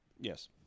Yes